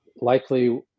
likely